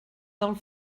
del